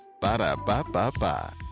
Ba-da-ba-ba-ba